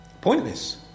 Pointless